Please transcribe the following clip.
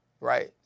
right